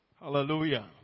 Hallelujah